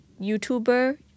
YouTuber